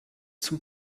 zum